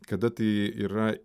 kada tai yra